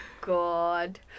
god